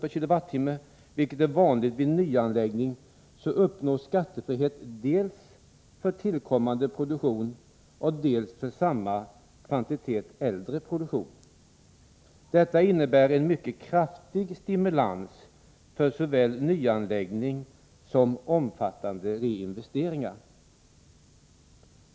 per kWh, vilket är vanligt vid nyanläggning, så uppnås skattefrihet dels för tillkommande produktion, dels för samma kvantitet äldre produktion. Detta innebär en mycket kraftig stimulans för såväl nyanläggning som omfattande reinvesteringar.